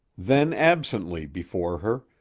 then absently before her,